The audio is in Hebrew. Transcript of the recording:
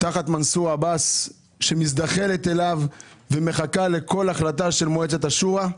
תחת מנסור עבאס שמזדחלת אליו ומחכה לכל החלטה של מועצת השורא.